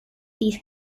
these